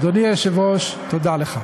אדוני היושב-ראש, תודה לך.